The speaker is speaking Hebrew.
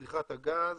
בצריכת הגז,